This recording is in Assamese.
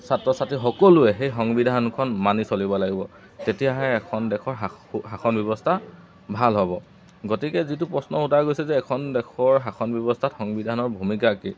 ছাত্ৰ ছাত্ৰী সকলোৱে সেই সংবিধানখন মানি চলিব লাগিব তেতিয়াহে এখন দেশৰ শাসন ব্যৱস্থা ভাল হ'ব গতিকে যিটো প্ৰশ্ন সোধা গৈছে যে এখন দেশৰ শাসন ব্যৱস্থাত সংবিধানৰ ভূমিকা কি